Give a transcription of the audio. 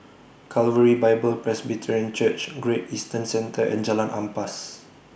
Calvary Bible Presbyterian Church Great Eastern Centre and Jalan Ampas